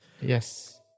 yes